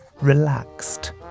relaxed